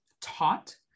taught